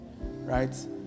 Right